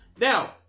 Now